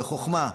בחוכמה,